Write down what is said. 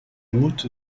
moet